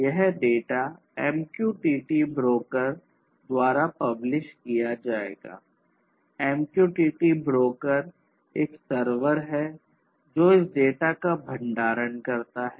MQTT broker एक server है जो इस डेटा का भंडारण करता है